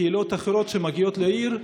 קהילות אחרות שמגיעות לעיר,